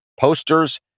posters